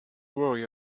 worry